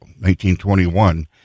1921